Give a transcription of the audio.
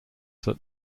that